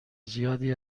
زیادی